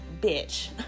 bitch